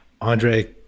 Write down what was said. Andre